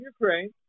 Ukraine